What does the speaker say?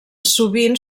sovint